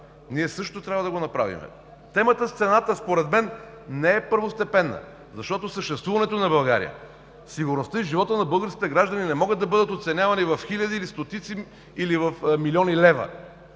ние също трябва да го направим. Темата с цената според мен не е първостепенна, защото съществуването на България, сигурността и животът на българските граждани не могат да бъдат оценявани в хиляди или стотици, или в милиони лева.